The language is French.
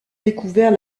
découvert